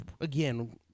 again